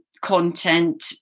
content